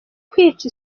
kwica